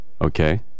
okay